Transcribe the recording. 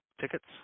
tickets